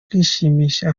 kwishimisha